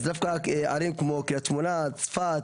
אז דווקא ערים כמו קריית שמונה, צפת,